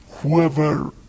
whoever